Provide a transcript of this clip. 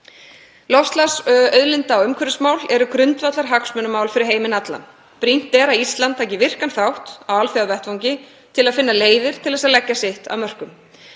Loftslags,- auðlinda- og umhverfismál eru grundvallarhagsmunamál fyrir heiminn allan. Brýnt er að Ísland taki virkan þátt á alþjóðavettvangi til að finna leiðir til þess að leggja sitt af mörkum.